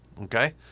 okay